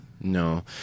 No